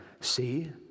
see